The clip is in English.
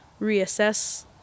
reassess